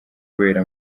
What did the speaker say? kubera